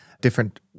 different